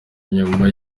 inyuma